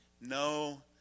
No